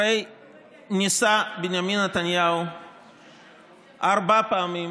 הרי בנימין נתניהו ניסה ארבע פעמים